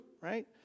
right